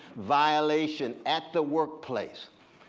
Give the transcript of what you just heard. violation at the workplace.